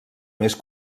més